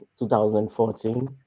2014